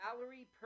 Valerie